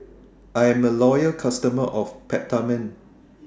I'm A Loyal customer of Peptamen